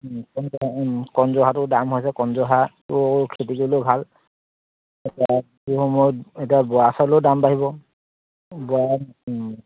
কণজহা কণজহাটো দাম হৈছে কণজহাটো খেতি কৰিবলৈয়ো ভাল বিহু সময়ত সময়ত এতিয়া বৰা চাউলো দাম বাঢ়িব বৰা